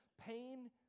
pain